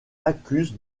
accuse